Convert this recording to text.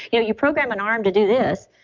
you know you program an arm to do this,